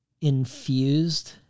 infused